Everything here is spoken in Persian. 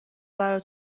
برا